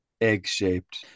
egg-shaped